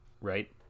right